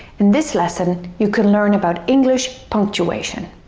in this lesson, you can learn about english punctuation.